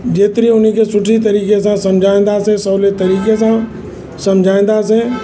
जेतिरी उन खे सुठी तरीक़े सां सम्झाईंदासीं सहुली तरीक़े सां सम्झाईंदासीं